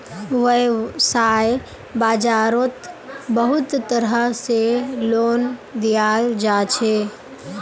वैव्साय बाजारोत बहुत तरह से लोन दियाल जाछे